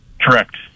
Correct